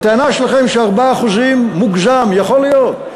הטענה שלכם ש-4% זה מוגזם, יכול להיות.